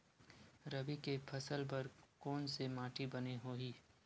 रबी के फसल बर कोन से माटी बने होही?